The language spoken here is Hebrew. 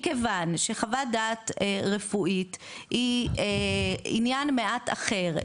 מכיוון שחוות דעת רפואית היא עניין מעט אחר,